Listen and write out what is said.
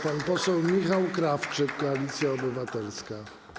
Pan poseł Michał Krawczyk, Koalicja Obywatelska.